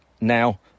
now